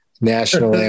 National